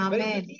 Amen